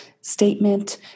statement